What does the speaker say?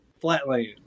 Flatland